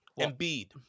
Embiid